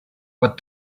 what